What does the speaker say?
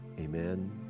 Amen